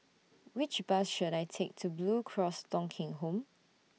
Which Bus should I Take to Blue Cross Thong Kheng Home